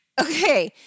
Okay